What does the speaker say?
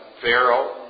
Pharaoh